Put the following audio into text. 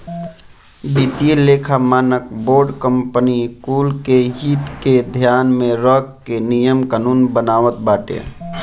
वित्तीय लेखा मानक बोर्ड कंपनी कुल के हित के ध्यान में रख के नियम कानून बनावत बाटे